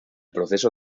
proceso